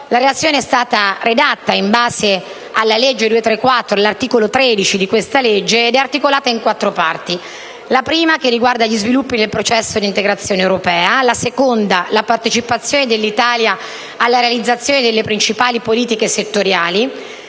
La relazione è stata redatta in base a quanto prescritto dall'articolo 13 della legge n. 234 del 2012, ed è articolata in quattro parti. La prima riguarda gli sviluppi del processo di integrazione europea; la seconda concerne la partecipazione dell'Italia alla realizzazione delle principali politiche settoriali;